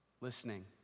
Listening